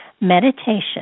Meditation